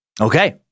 Okay